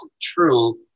true